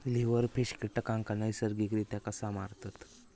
Silverfish कीटकांना नैसर्गिकरित्या कसा मारतत?